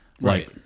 Right